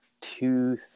two